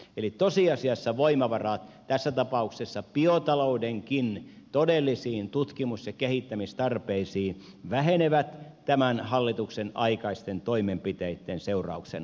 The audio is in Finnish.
eli tosiasiassa voimavarat tässä tapauksessa biotaloudenkin todellisiin tutkimus ja kehittämistarpeisiin vähenevät tämän hallituksen aikaisten toimenpiteitten seurauksena